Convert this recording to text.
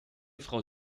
frau